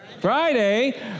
Friday